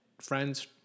friends